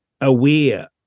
aware